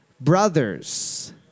Brothers